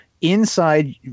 inside